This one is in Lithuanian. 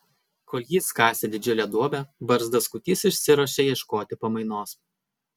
kol jis kasė didžiulę duobę barzdaskutys išsiruošė ieškoti pamainos